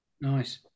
Nice